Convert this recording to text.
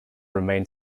remained